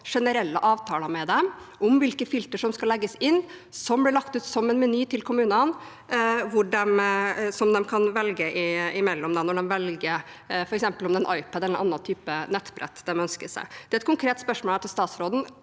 generelle avtaler med dem om hvilke filter som skal legges inn. Det kunne blitt lagt ut som en meny til kommunene som de kan velge i, når de f.eks. velger om det er en iPad eller en annen type nettbrett de ønsker seg. Et konkret spørsmål jeg har til statsråden,